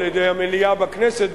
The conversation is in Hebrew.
על-ידי המליאה בכנסת,